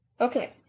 Okay